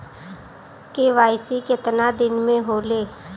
KYC कितना दिन में होले?